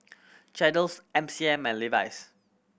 M C M and Levi's